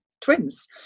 twins